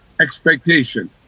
expectation